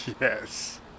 Yes